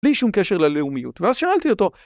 בלי שום קשר ללאומיות ואז שאלתי אותו